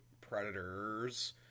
predators